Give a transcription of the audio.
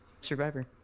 survivor